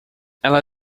ela